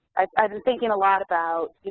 i've i've been thinking a lot about,